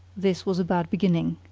this was a bad beginning.